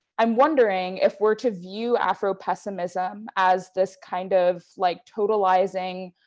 i'm wondering if we're to view afropessimism as this kind of like totalizing,